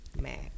mac